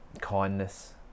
kindness